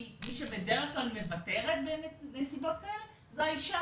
כי מי שבד"כ מוותרת בנסיבות כאלה זה האישה,